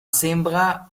sembra